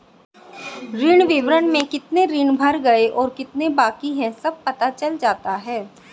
ऋण विवरण में कितने ऋण भर गए और कितने बाकि है सब पता चल जाता है